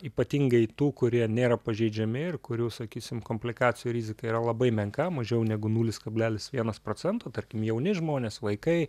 ypatingai tų kurie nėra pažeidžiami ir kurių sakysim komplikacijų rizika yra labai menka mažiau negu nulis kablelis vienas procento tarkim jauni žmonės vaikai